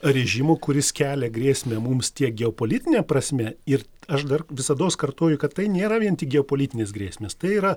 režimo kuris kelia grėsmę mums tiek geopolitine prasme ir aš dar visados kartoju kad tai nėra vien tik geopolitinės grėsmės tai yra